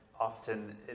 often